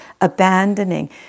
abandoning